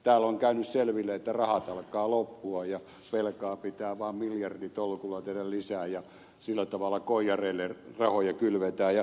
täällä on käynyt selville että rahat alkavat loppua ja velkaa pitää vaan miljarditolkulla tehdä lisää ja sillä tavalla koijareille rahoja kylvetään